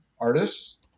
artists